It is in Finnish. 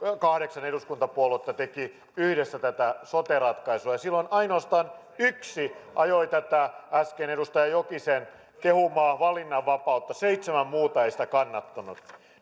kahdeksan eduskuntapuoluetta tekivät yhdessä tätä sote ratkaisua ja silloin ainoastaan yksi ajoi tätä äsken edustaja jokisen kehumaa valinnanvapautta seitsemän muuta eivät sitä kannattaneet